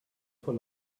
vor